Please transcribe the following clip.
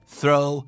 throw